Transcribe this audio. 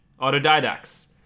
autodidacts